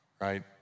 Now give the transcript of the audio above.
right